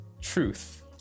truth